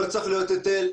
לא צריך להיות היטל,